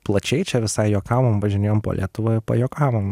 plačiai čia visai juokavom važinėjom po lietuvą pajuokavom